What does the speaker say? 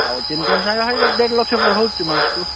out income ସାଙ୍ଗେ ହେଇ ଦେଢ଼ ଲକ୍ଷ ପରା ହେଉଛି ମାସକୁ